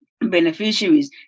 beneficiaries